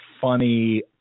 funny